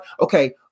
okay